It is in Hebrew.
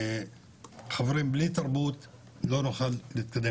חברים, בלי תרבות לא נוכל להתקדם.